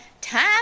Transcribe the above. time